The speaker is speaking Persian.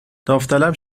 داوطلب